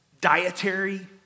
dietary